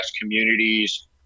communities